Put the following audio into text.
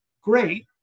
great